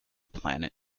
planet